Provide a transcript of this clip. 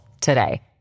today